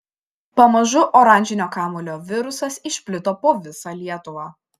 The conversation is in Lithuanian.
pamažu oranžinio kamuolio virusas išplito po visą lietuvą